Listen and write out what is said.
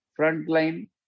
Frontline